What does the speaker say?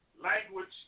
language